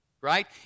right